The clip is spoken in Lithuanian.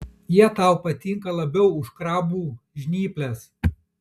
jie tau patinka labiau už krabų žnyples